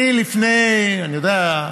לפני, אני יודע,